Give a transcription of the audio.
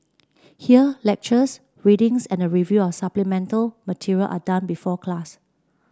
here lectures readings and the review of supplemental material are done before class